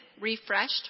refreshed